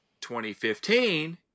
2015